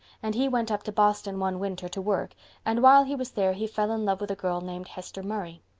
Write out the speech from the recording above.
and he went up to boston one winter to work and while he was there he fell in love with a girl named hester murray.